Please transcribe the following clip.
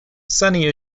sonny